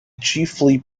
chiefly